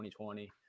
2020